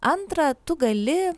antra tu gali